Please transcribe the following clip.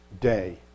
Day